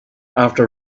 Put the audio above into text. after